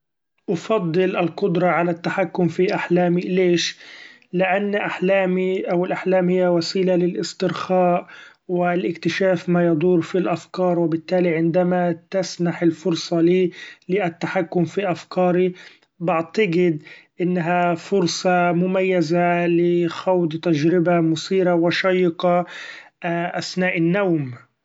أفضل القدرة في التحكم علي أحلامي ليش ؛ لأن أحلامي أو الأحلام هي وسيلة للإسترخاء و لإكتشاف ما يدور في الافكار ، و بالتالي عندما تسنح الفرصه لي-لي التحكم في أفكاري بعتقد أنها فرصة مميزة لي خوض تجربة مثيرة و شيقة اثناء النوم.